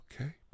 okay